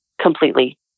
completely